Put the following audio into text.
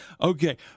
Okay